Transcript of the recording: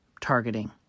targeting